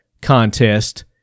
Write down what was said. contest